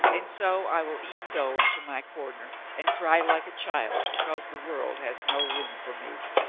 and so i will e'en go into my cor ner and cry like a child because the world has no room for me.